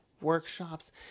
workshops